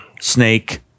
snake